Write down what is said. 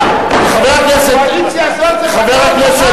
פגע וברח,